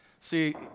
See